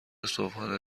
صبحانه